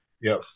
Yes